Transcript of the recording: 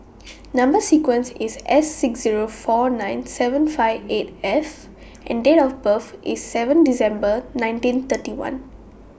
Number sequence IS S six Zero four nine seven five eight F and Date of birth IS seven December nineteen thirty one